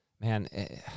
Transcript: Man